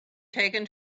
taken